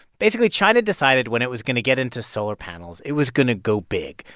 basically, china decided when it was going to get into solar panels, it was going to go big.